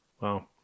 Wow